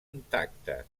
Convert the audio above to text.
intacte